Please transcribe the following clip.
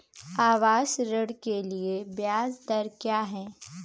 आवास ऋण के लिए ब्याज दर क्या हैं?